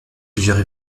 plusieurs